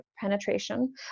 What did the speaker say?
penetration